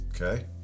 Okay